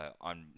on